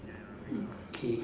okay